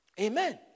Amen